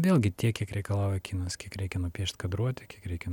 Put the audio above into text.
vėlgi tiek kiek reikalauja kinas kiek reikia nupiešt kadruotę kiek reikia